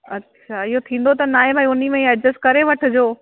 अच्छा इहो थींदो त न आहे भाई उनमें ई एडजस्ट करे वठिजो